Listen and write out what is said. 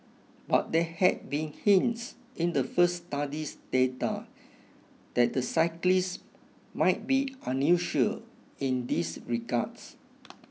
but there had been hints in the first study's data that the cyclists might be unusual in these regards